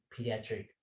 pediatric